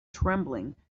trembling